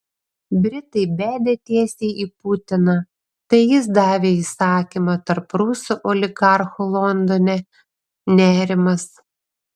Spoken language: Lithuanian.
britai bedė tiesiai į putiną tai jis davė įsakymą tarp rusų oligarchų londone nerimas